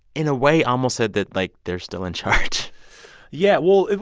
in a way, almost said that like they're still in charge yeah. well,